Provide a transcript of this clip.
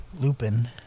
Lupin